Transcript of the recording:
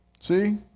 see